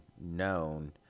known